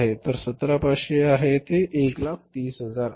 तर हे 17500 आहे हे 130000 आहे